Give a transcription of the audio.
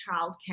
childcare